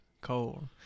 cold